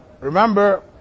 remember